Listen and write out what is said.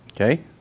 Okay